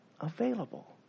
available